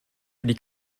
wedi